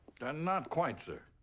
ah, not quite, sir.